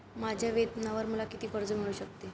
माझ्या वेतनावर मला किती कर्ज मिळू शकते?